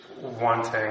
wanting